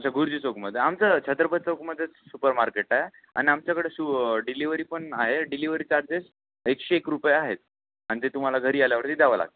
अच्छा गुरुजी चौकमध्ये आमचं छत्रपती चौकमध्येच सुपर मार्केट आ आणि आमच्याकडे सु डिलिवरीपण आहे डिलिवरी चार्जेस एकशे एक रुपये आहेत आणि ते तुम्हाला घरी आल्यावरती द्यावं लागतं